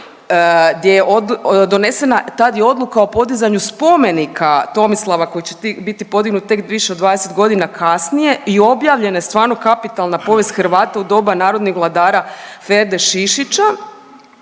gdje je donesena tad i odluka o podizanju spomenika Tomislava koji će biti podignut tek više od 20 godina kasnije i objavljene stvarno kapitalna povijest Hrvata u doba narodnih vladara Ferde Šišića